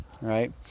right